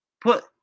Put